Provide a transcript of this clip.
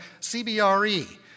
CBRE